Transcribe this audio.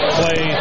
play